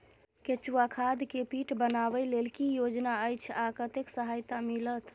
केचुआ खाद के पीट बनाबै लेल की योजना अछि आ कतेक सहायता मिलत?